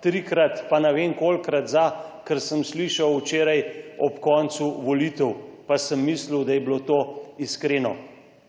trikrat, pa ne vem kolikokrat, za kar sem slišal včeraj ob koncu volitev, pa sem mislil, da je bilo to iskreno.